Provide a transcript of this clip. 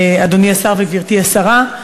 אדוני השר וגברתי השרה,